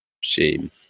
Shame